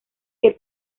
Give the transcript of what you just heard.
que